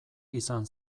izan